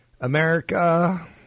America